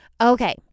Okay